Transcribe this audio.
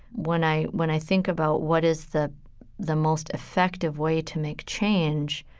when i when i think about what is the the most effective way to make change,